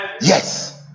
yes